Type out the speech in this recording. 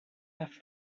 have